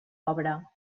obra